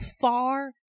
far